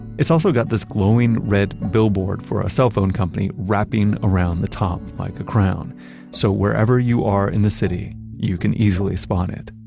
it's also got this glowing red billboard for a cell phone company wrapping around the top like a crown so wherever you are in the city you can easily spot it.